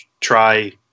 try